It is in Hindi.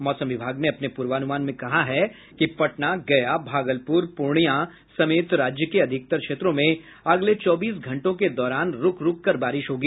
मौसम विभाग ने अपने पूर्वानुमान में कहा है कि पटना गया भागलपुर पूर्णियां समेत राज्य के अधिकतर क्षेत्रों में अगले चौबीस घंटों के दौरान रूक रूक कर बारिश होगी